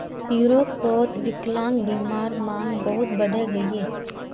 यूरोपोत विक्लान्ग्बीमार मांग बहुत बढ़े गहिये